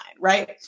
right